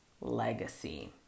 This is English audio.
legacy